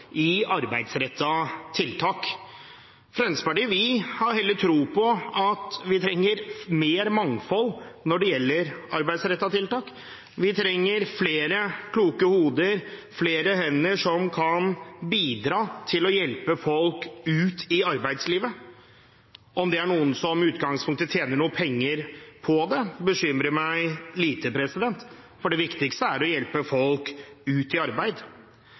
i arbeidsrettede tiltak. Vi i Fremskrittspartiet har heller tro på at vi trenger mer mangfold når det gjelder arbeidsrettede tiltak. Vi trenger flere kloke hoder og flere hender som kan bidra til å hjelpe folk ut i arbeidslivet. Om det er noen som i utgangspunktet tjener noen penger på det, bekymrer meg lite, for det viktigste er å hjelpe folk ut i arbeid.